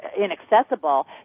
inaccessible